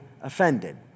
offended